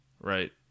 right